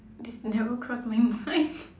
this never cross my mind